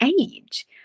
age